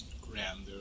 grander